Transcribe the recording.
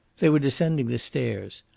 they were descending the stairs.